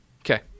Okay